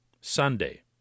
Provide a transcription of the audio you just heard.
Sunday